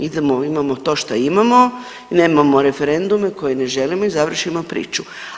Idemo, imamo to što imamo, nemamo referendume koje ne želimo i završimo priču.